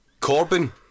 Corbyn